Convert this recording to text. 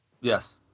Yes